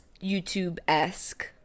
YouTube-esque